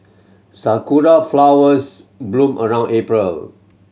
sakura flowers bloom around April